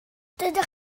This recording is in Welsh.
dydych